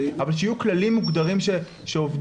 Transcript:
אבל שיהיו כללים מוגדרים שעובדים.